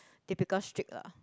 typical strict lah